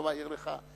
אני לא מעיר לך,